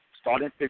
Starting